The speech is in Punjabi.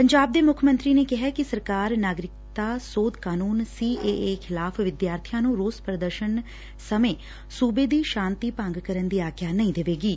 ਪੰਜਾਬ ਦੇ ਮੁੱਖ ਮੰਤਰੀ ਨੇ ਕਿਹਾ ਕਿ ਸਰਕਾਰ ਨਾਗਰਿਕਤਾ ਸੋਧ ਕਾਨੂੰਨ ਸੀਏਏ ਖਿਲਾਫ ਵਿਦਿਆਰਬੀਆਂ ਨੂੰ ਰੋਸ ਪ੍ਰਦਰਸ਼ਨ ਸਮੇਂ ਸੁਬੇ ਦੀ ਸਾਂਤੀ ਭੰਗ ਕਰਨ ਦੀ ਆਗਿੱਆ ਨਹੀ ਦੇਵੇਗੀ